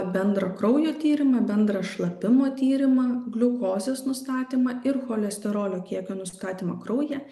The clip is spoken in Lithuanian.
bendrą kraujo tyrimą bendrą šlapimo tyrimą gliukozės nustatymą ir cholesterolio kiekio nustatymą kraujyje